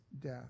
death